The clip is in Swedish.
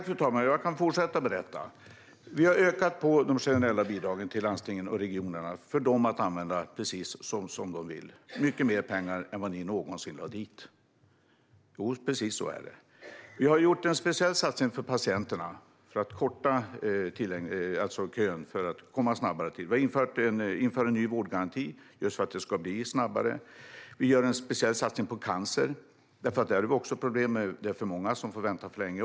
Fru talman! Jag kan fortsätta att berätta. Vi har ökat de generella bidragen till landstingen och regionerna, som de kan använda precis som de vill. Det är mycket mer pengar än vad ni någonsin lade dit - jo, precis så är det. Vi har gjort en speciell satsning för patienterna och för att korta köerna, så att det går snabbare. Vi inför en ny vårdgaranti just för att det ska bli snabbare. Vi gör en speciell satsning när det gäller cancer, för där har vi också problem med att det är för många som får vänta för länge.